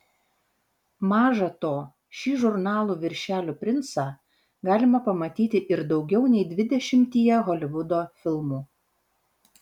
maža to šį žurnalų viršelių princą galima pamatyti ir daugiau nei dvidešimtyje holivudo filmų